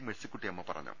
മേഴ്സിക്കുട്ടിയമ്മ പറഞ്ഞു